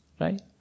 Right